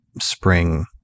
spring